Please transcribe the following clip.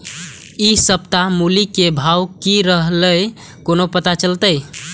इ सप्ताह मूली के भाव की रहले कोना पता चलते?